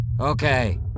Okay